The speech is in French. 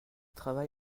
travail